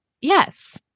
Yes